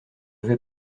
vais